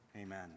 Amen